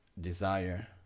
desire